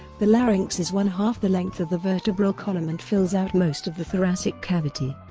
the larynx is one half the length of the vertebral column and fills out most of the thoracic cavity.